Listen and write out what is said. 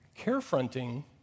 Carefronting